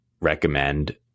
recommend